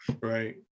right